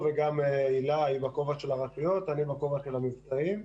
היא בכובע של הרשויות, אני בכובע של המבצעים.